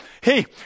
Hey